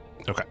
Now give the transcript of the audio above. Okay